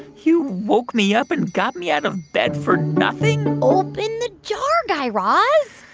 you woke me up and got me out of bed for nothing? open the jar, guy raz